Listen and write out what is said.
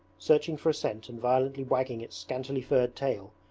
searching for a scent and violently wagging its scantily furred tail,